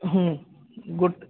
ଗୋଟେ